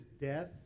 death